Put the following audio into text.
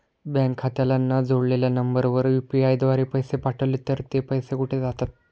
Bank खात्याला न जोडलेल्या नंबरवर यु.पी.आय द्वारे पैसे पाठवले तर ते पैसे कुठे जातात?